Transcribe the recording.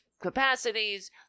capacities